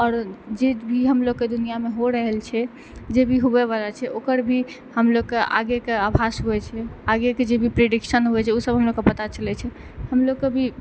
आओर जेभी हमलोग के दुनिआमे हो रहल छै जे भी हुए बला छै ओकर भी हमलोग के आगे के आभास होइ छै आगे के जे भी प्रिडिक्शन होइ छै ओ सब हमलोग के पता चलै छै हमलोग के भी